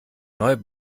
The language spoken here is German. neu